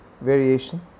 variation